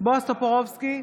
בועז טופורובסקי,